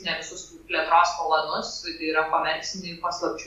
ne visus plėtros planus tai yra komercinių paslapčių